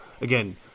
again